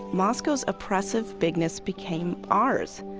moscow's oppressive bigness became ours.